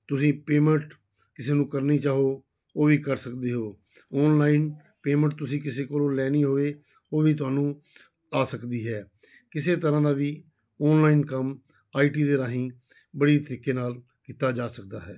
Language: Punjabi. ਤੁਸੀਂ ਪੇਮੈਂਟ ਕਿਸੇ ਨੂੰ ਕਰਨੀ ਚਾਹੋ ਉਹ ਵੀ ਕਰ ਸਕਦੇ ਹੋ ਔਨਲਾਈਨ ਪੇਮੈਂਟ ਤੁਸੀਂ ਕਿਸੇ ਕੋਲੋਂ ਲੈਣੀ ਹੋਵੇ ਉਹ ਵੀ ਤੁਹਨੂੰ ਆ ਸਕਦੀ ਹੈ ਕਿਸੇ ਤਰ੍ਹਾਂ ਦਾ ਵੀ ਔਨਲਾਈਨ ਕੰਮ ਆਈ ਟੀ ਦੇ ਰਾਹੀਂ ਵਧੀਆ ਤਰੀਕੇ ਨਾਲ ਕੀਤਾ ਜਾ ਸਕਦਾ ਹੈ